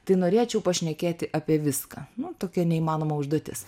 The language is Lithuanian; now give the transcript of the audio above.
tai norėčiau pašnekėti apie viską nu tokia neįmanoma užduotis